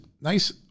Nice